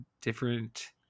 different